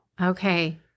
Okay